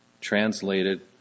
translated